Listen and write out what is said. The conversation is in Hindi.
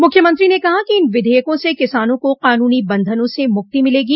मुख्यमंत्री ने कहा कि इन विधेयकों से किसानों को कानूनी बंधनों से मुक्ति मिलेगी